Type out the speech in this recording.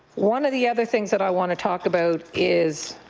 one of the other things that i want to talk about is